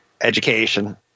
education